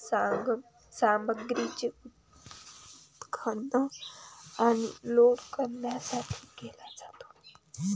सामग्रीचे उत्खनन आणि लोड करण्यासाठी केला जातो